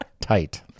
Tight